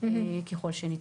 ככל שנצטרך.